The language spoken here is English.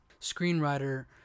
screenwriter